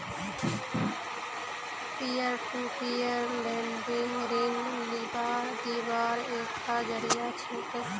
peer to peer lending ऋण लीबार दिबार एकता जरिया छिके